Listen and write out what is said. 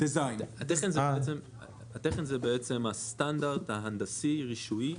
התכן זה עצם הסטנדרט ההנדסי הרישויי,